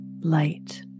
light